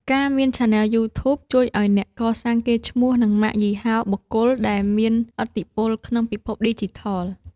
ការមានឆានែលយូធូប ជួយឱ្យអ្នកកសាងកេរ្តិ៍ឈ្មោះ និងម៉ាកយីហោបុគ្គល ដែលមានឥទ្ធិពលក្នុងពិភពឌីជីថល។